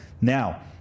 Now